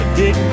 dig